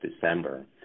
December